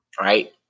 right